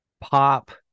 pop